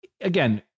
again